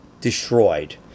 destroyed